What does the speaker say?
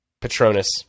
Patronus